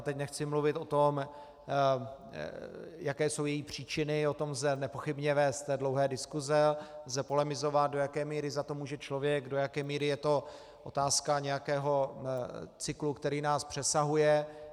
Teď nechci mluvit o tom, jaké jsou její příčiny, o tom lze nepochybně vést dlouhé diskuse, lze polemizovat, do jaké míry za to může člověk, do jaké míry je to otázka nějakého cyklu, který nás přesahuje.